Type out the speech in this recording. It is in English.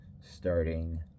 starting